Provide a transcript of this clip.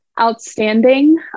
outstanding